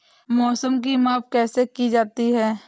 मौसम की माप कैसे की जाती है?